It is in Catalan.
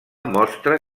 mostra